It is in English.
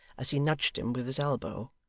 as he nudged him with his elbow